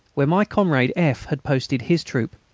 where my comrade f. had posted his troop.